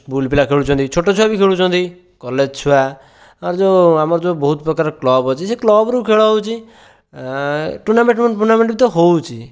school ପିଲା ଖେଳୁଛନ୍ତି ଛୋଟଛୁଆ ବି ଖେଳୁଛନ୍ତି କଲେଜ ଛୁଆ ଆଉ ଯେଉଁ ଆମର ଯେଉଁ ବହୁତପ୍ରକାର କ୍ଲବ ଅଛି ସେ କ୍ଲବରୁ ଖେଳ ହେଉଛି ଟୁର୍ଣ୍ଣାମେଣ୍ଟ ଫୁର୍ଣ୍ଣାମେଣ୍ଟ ତ ହେଉଛି